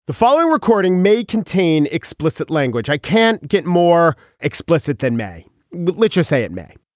the following recording may contain explicit language i can't get more explicit than may literal say it may